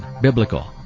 Biblical